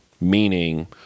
Meaning